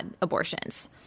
abortions